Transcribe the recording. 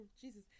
jesus